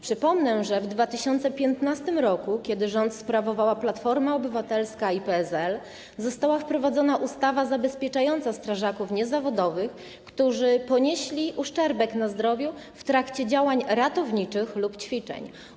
Przypomnę, że w 2015 r., kiedy rządy sprawowała Platforma Obywatelska i PSL, została wprowadzona ustawa zabezpieczająca strażaków niezawodowych, którzy ponieśli uszczerbek na zdrowiu w trakcie działań ratowniczych lub ćwiczeń.